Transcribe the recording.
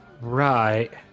Right